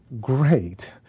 great